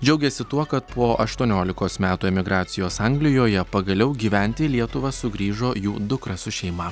džiaugiasi tuo kad po aštuoniolikos metų emigracijos anglijoje pagaliau gyventi į lietuvą sugrįžo jų dukra su šeima